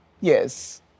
Yes